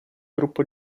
gruppo